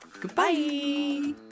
Goodbye